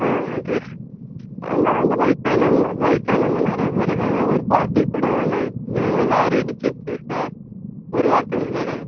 ஆ okay எல்லாம் அந்த வயசானவங்க வயசானவங்க நிறையா பேர் இருக்காங்க ஒரு பாட்டிக் கூடம் நைட் லாரி இடிச்சிடுச்சு சார் ஒரு வாரத்துக்கு முன்னாடி